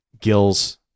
gills